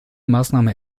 maßnahme